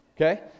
okay